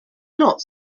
not